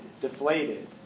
Deflated